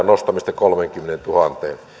nostamista kolmeenkymmeneentuhanteen